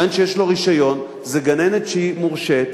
גן שיש לו רשיון זה גננת שהיא מורשית,